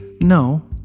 no